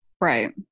right